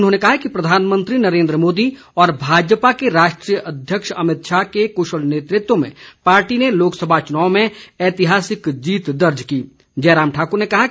उन्होंने कहा कि प्रधानमंत्री नरेन्द्र मोदी और भाजपा के राष्ट्रीय अध्यक्ष अमित शाह के कुशल नेतृत्व में पार्टी ने इस वर्ष लोकसभा चुनाव में ऐतिहासिक जीत दर्ज की है